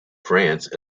france